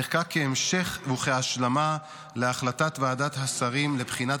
נחקק כהמשך וכהשלמה להחלטת ועדת השרים לבחינת